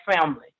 family